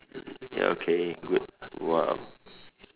ya okay good !wah!